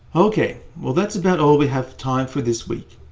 okay, well that's about all we have time for this week.